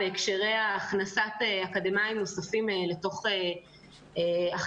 בהקשרי הכנסת אקדמאים נוספים אל תוך החברה.